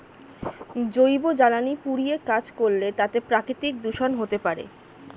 জৈব জ্বালানি পুড়িয়ে কাজ করলে তাতে প্রাকৃতিক দূষন হতে পারে